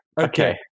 Okay